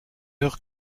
heure